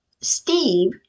Steve